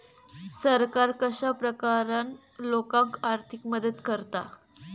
सरकार कश्या प्रकारान लोकांक आर्थिक मदत करता?